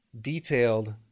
detailed